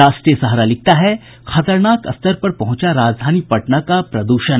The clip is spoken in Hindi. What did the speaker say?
राष्ट्रीय सहारा लिखता है खतरनाक स्तर पर पहुंचा राजधानी पटना का प्रदूषण